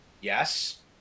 Yes